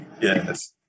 Yes